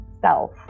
self